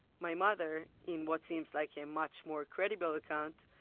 my mother, in what seems like a much more credible account,